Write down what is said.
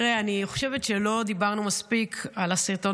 אני חושבת שלא דיברנו מספיק על הסרטון